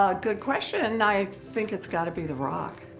ah good question! i think it's got to be the rock.